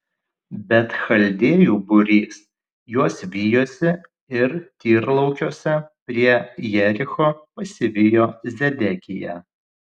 bet chaldėjų būrys juos vijosi ir tyrlaukiuose prie jericho pasivijo zedekiją